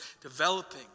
developing